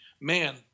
man